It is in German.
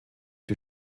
die